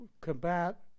combat